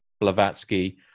Blavatsky